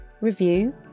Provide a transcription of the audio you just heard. review